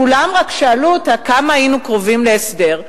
כולם רק שאלו אותה כמה היינו קרובים להסדר,